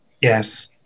Yes